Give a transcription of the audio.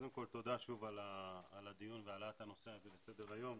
קודם כל תודה שוב על הדיון והעלאת הנושא הזה לסדר היום,